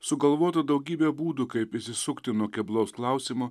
sugalvota daugybė būdų kaip išsisukti nuo keblaus klausimo